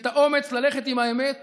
את האומץ ללכת עם האמת